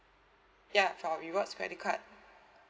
ya for rewards credit card